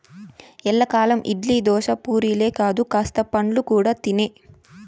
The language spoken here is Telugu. ఎల్లకాలం ఇడ్లీ, దోశ, పూరీలే కాదు కాస్త పండ్లు కూడా తినే